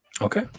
Okay